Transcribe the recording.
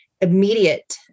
immediate